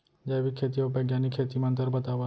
जैविक खेती अऊ बैग्यानिक खेती म अंतर बतावा?